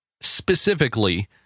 specifically